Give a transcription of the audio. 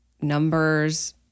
numbers